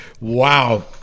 Wow